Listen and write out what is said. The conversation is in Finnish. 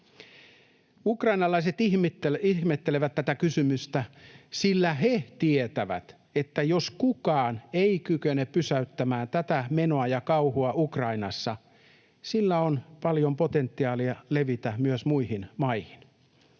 Ukrainalaiset ihmettelevät tätä kysymystä, sillä he tietävät, että jos kukaan ei kykene pysäyttämään tätä menoa ja kauhua Ukrainassa, sillä on paljon potentiaalia levitä myös muihin maihin.